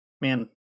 man